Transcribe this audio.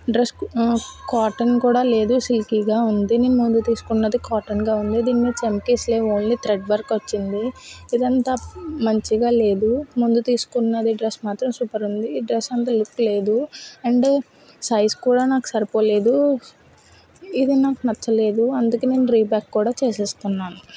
dress cotton కూడా లేదు సిల్కీగా ఉంది నేను ముందు తీసుకున్నది కాటన్గా ఉంది దీని మీద చమ్కీస్ లేవు ఓన్లీ థ్రెడ్ వర్క్ వచ్చింది ఇది అంత మంచిగా లేదు ముందు తీసుకున్న డ్రెస్ మాత్రం సూపర్ ఉంది ఈ డ్రెస్ అంత లుక్ లేదు అండ్ సైజు కూడా నాకు సరిపోలేదు ఇది నాకు నచ్చలేదు అందుకే నేను రీబ్యాక్ కూడా చేసేస్తున్నాను